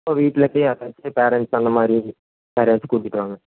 இப்போ வீட்டில் போய் யாராச்சும் பேரண்ட்ஸ் அந்தமாதிரி யாரையாச்சும் கூட்டிகிட்டு வாங்க